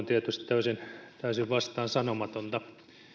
tietysti täysin vastaansanomatonta